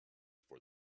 for